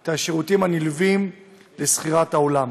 את השירותים הנלווים לשכירת האולם.